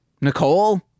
Nicole